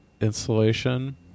installation